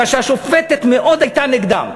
כי השופטת מאוד הייתה נגדם.